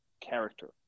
character